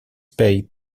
paid